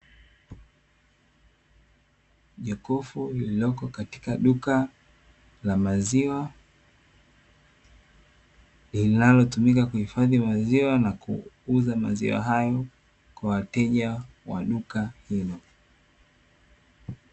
Jokofu lililoko katika duka la maziwa, linalotumika kuhifadhi maziwa na kuuza maziwa hayo kwa wateja wa duka hilo.